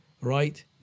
right